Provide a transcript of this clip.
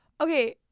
Okay